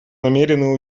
намерены